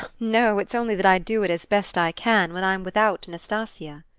no it's only that i do it as best i can when i'm without nastasia.